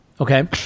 okay